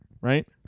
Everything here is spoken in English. right